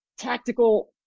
tactical